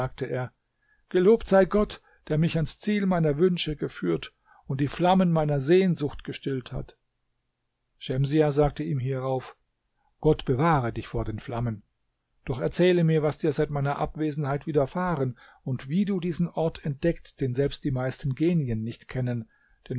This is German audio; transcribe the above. gelobt sei gott der mich ans ziel meiner wünsche geführt und die flammen meiner sehnsucht gestillt hat schemsiah sagte ihm hierauf gott bewahre dich vor den flammen doch erzähle mir was dir seit meiner abwesenheit widerfahren und wie du diesen ort entdeckt den selbst die meisten genien nicht kennen